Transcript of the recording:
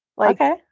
Okay